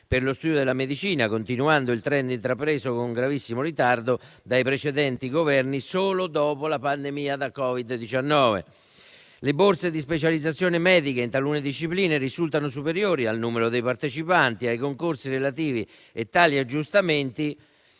per lo studio della medicina, continuando il *trend* intrapreso con gravissimo ritardo dai precedenti Governi, solo dopo la pandemia da Covid-19. Le borse per le specializzazioni mediche, in talune discipline, risultano superiori al numero dei partecipanti ai concorsi relativi e alcuni aggiustamenti